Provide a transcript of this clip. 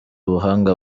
ubuhanga